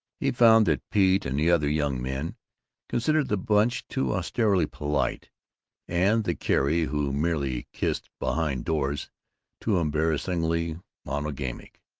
he found that pete and the other young men considered the bunch too austerely polite and the carrie who merely kissed behind doors too embarrassingly monogamic.